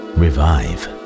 revive